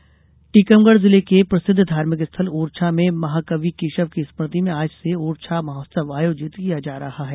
ओरछा महोत्सव टीकमगढ जिले के प्रसिद्ध धार्मिक स्थल ओरछा में महाकवि केशव की स्मृति में आज से ओरछा महोत्सव आयोजित किया जा रहा है